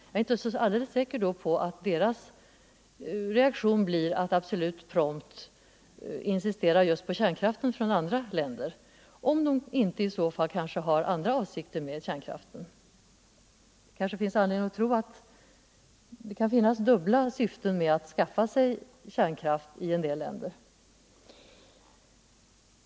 Då är jag inte alldeles säker på att deras reaktion blir att prompt insistera just på kärnkraften från andra länder, om de inte har andra avsikter med kärnkraften. Det kanske finns anledning tro att det kan vara dubbla syften med att skaffa kärnkraft i en del länder.